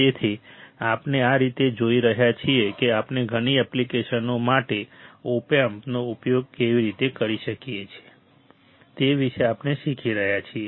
તેથી આપણે આ રીતે જોઈ રહ્યા છીએ કે આપણે ઘણી એપ્લિકેશનો માટે ઓપ એમ્પ નો ઉપયોગ કેવી રીતે કરી શકીએ તે વિશે આપણે શીખી રહ્યા છીએ